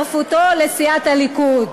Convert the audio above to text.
עשיתם לו את המוות,